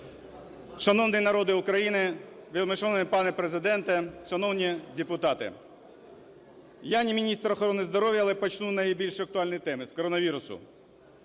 Шановний народе України! Вельмишановний пане Президенте! Шановні депутати! Я не міністр охорони здоров'я, але почну з найбільш актуальної теми – з коронавірусу.